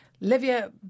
Livia